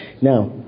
Now